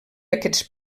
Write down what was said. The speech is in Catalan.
aquests